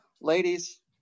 Ladies